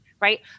Right